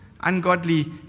ungodly